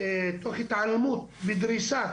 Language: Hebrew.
תוך התעלמות מדריסה